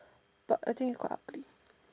but I think it's quite ugly